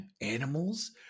animals